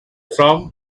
from